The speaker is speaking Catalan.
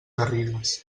garrigues